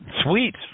Sweet